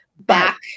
back